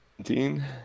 Dean